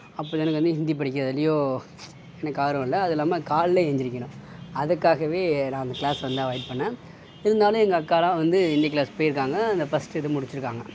அப்போலாம் எனக்கு வந்து ஹிந்தி படிக்க எதுலையும் எனக்கு ஆர்வம் இல்லை அது இல்லாமல் காலைல எழுந்திரிக்கணும் அதுக்காகவே நான் அந்த கிளாஸ் வந்து அவாய்ட் பண்ண இருந்தாலும் எங்கள் அக்காலாம் வந்து ஹிந்தி கிளாஸ் போயிருக்காங்க அந்த ஃபஸ்ட்டு இது முடிச்சிருக்காங்கள்